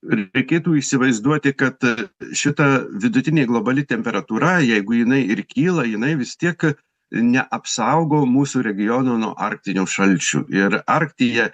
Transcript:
reikėtų įsivaizduoti kad šita vidutinė globali temperatūra jeigu jinai ir kyla jinai vis tiek neapsaugo mūsų regiono nuo arktinio šalčio ir arktyje